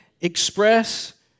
express